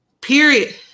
Period